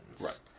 Right